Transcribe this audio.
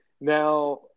now